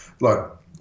look